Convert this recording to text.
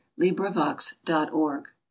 LibriVox.org